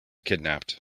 kidnapped